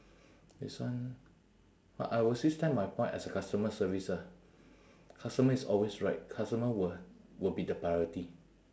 this one I will still stand my point as a customer service ah customer is always right customer will will be the priority